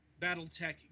BattleTech